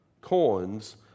coins